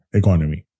economy